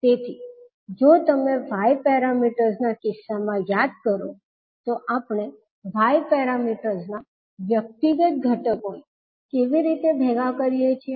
તેથી જો તમે y પેરામીટર્સ ના કિસ્સામાં યાદ કરો તો આપણે y પેરામીટર્સ ના વ્યક્તિગત ઘટકોને કેવી રીતે ભેગા કરીએ છીએ